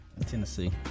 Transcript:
Tennessee